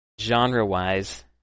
genre-wise